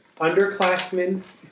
underclassmen